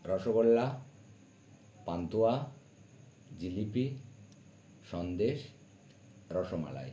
rasgulla pantua jalebi sandesh rasmalai